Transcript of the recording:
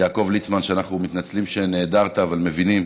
יעקב ליצמן, שאנחנו מתנצלים שנעדרת אבל מבינים